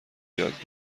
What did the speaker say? یاد